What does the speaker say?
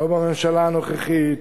לא בממשלה הנוכחית,